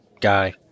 guy